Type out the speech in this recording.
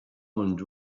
und